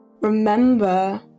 remember